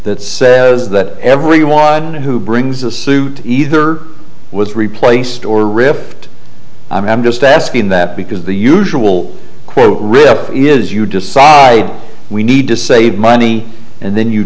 that says that everyone who brings a suit either was replaced or rift i'm just asking that because the usual quote is you decide we need to save money and then you